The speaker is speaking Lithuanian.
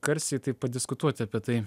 garsiai taip padiskutuoti apie tai